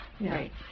Right